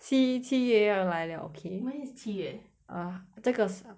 see 七月要来了 okay when is 七月 uh 这个拜三